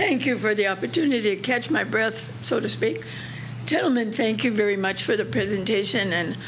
thank you for the opportunity to catch my breath so to speak gentleman thank you very much for the presentation and